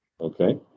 Okay